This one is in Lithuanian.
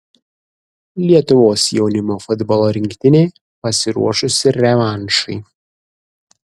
lietuvos jaunimo futbolo rinktinė pasiruošusi revanšui